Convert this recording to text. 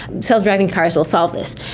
self-driving cars will solve this.